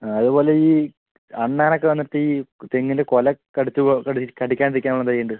അതുപോലെ ഈ അണ്ണാനൊക്കെ വന്നിട്ട് ഈ തെങ്ങിൻ്റെ കുല കടിച്ച് ഓ കടി കടിക്കാണ്ടിരിക്കാൻ എന്താണ് ചെയ്യണ്ടത്